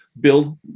build